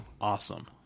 Awesome